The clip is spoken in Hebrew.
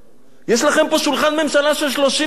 יש לכם פה שולחן ממשלה של 30 שרים.